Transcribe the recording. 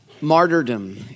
martyrdom